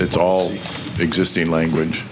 it's all existing language